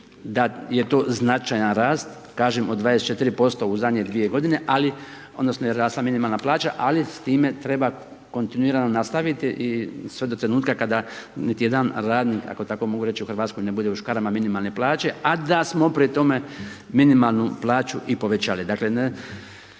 da je to značajan rast, kažem od 24% u zadnje dvije godine ali, odnosno je rasla minimalna plaća ali s time treba kontinuirano nastaviti i sve do trenutka kada niti jedan radnik ako tamo mogu reći u Hrvatskoj ne bude u škarama minimalne plaće a da smo pri tome minimalnu plaću i povećali.